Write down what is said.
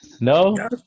No